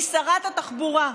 היא שרה התחבורה.